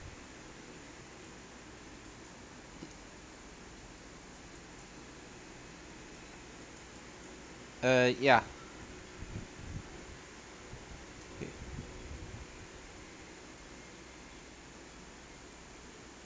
uh yeah